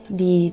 di